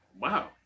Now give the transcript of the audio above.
Wow